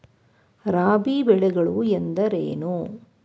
ರಾಬಿ ಬೆಳೆಗಳು ಎಂದರೇನು?